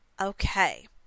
Okay